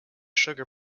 sugar